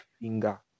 finger